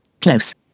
Close